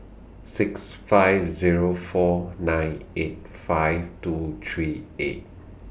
six five Zero four nine eight five two three eight